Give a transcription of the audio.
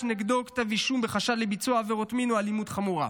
נגדו כתב אישום בחשד לביצוע עבירות מין או אלימות חמורה.